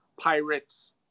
pirates